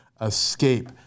escape